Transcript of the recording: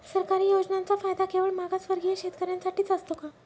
सरकारी योजनांचा फायदा केवळ मागासवर्गीय शेतकऱ्यांसाठीच असतो का?